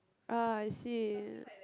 ah I see